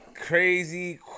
crazy